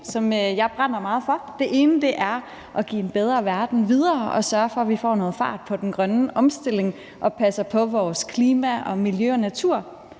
som jeg brænder meget for. Det ene er at give en bedre verden videre og sørge for, at vi får noget fart på den grønne omstilling og passer på vores klima, miljø og natur.